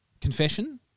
Confession